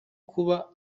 kuba